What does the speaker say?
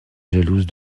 jalouse